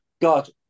god